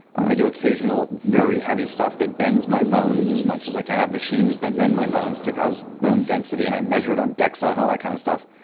i do occasional very heavy stuff that bends my bones as much as i can. i have machines that bend my bones to cause bone density, and i measure it on dexa and all that kind of stuff.